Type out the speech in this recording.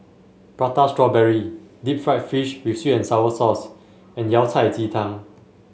Prata Strawberry Deep Fried Fish with sweet and sour sauce and Yao Cai Ji Tang